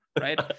right